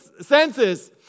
senses